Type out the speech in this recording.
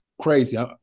crazy